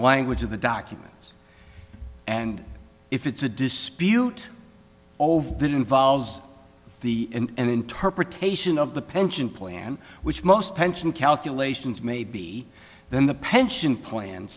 language of the documents and if it's a dispute over that involves the end interpretation of the pension plan which most pension calculations may be then the pension plan